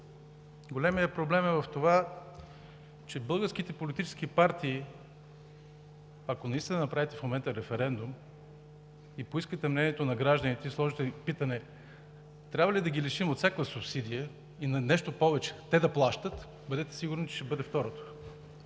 Големият проблем е в това, че българските политически партии, ако направите в момента референдум и поискате мнението на гражданите, и сложите питане: трябва ли да ги лишим от всякаква субсидия, нещо повече – те да плащат, бъдете сигурни, че ще бъде второто.